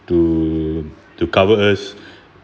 to to cover us